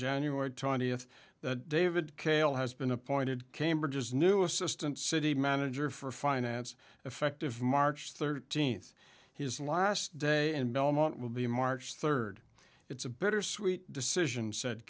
january twentieth that david kale has been appointed cambridge as new assistant city manager for finance effective march thirteenth his last day in belmont will be march third it's a bittersweet decision said